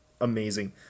amazing